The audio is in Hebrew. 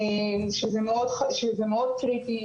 שזה מאוד קריטי.